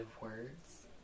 words